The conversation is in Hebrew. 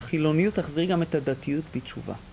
חילוניות תחזיר גם את הדתיות בתשובה